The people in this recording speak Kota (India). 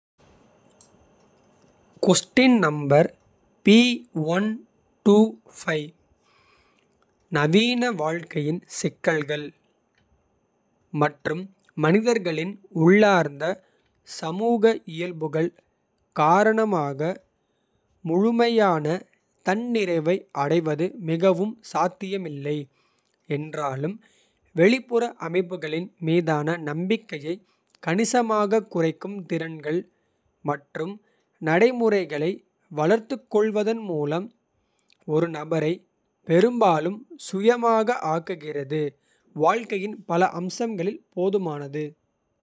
நவீன வாழ்க்கையின் சிக்கல்கள் மற்றும் மனிதர்களின். உள்ளார்ந்த சமூக இயல்புகள் காரணமாக முழுமையான. தன்னிறைவை அடைவது மிகவும் சாத்தியமில்லை என்றாலும். வெளிப்புற அமைப்புகளின் மீதான நம்பிக்கையை. கணிசமாகக் குறைக்கும் திறன்கள் மற்றும் நடைமுறைகளை. வளர்த்துக்கொள்வதன் மூலம் ஒரு நபரை பெரும்பாலும். சுயமாக ஆக்குகிறது வாழ்க்கையின் பல அம்சங்களில் போதுமானது.